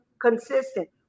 consistent